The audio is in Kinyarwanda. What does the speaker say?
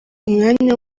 umwanya